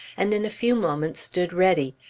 and in a few moments stood ready.